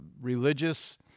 religious